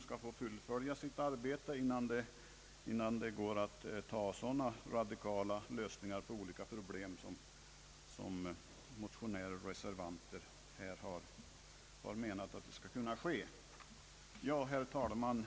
skall få fullfölja sitt arbete innan man beslutar om så radikala lösningar som motionärer och reservanter här har föreslagit. Herr talman!